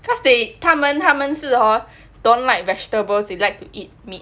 cause they 他们他们是 hor don't like vegetables they like to eat meat